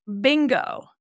bingo